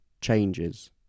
changes